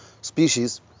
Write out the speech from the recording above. species